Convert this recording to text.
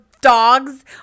dogs